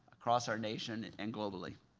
across our nation and and globally.